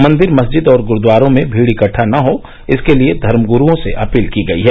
मंदिर मस्जिद और गुरूद्वारों में भीड़ इकट्ठा न हो इसके लिये धर्म गुरूओं से अपील की गई है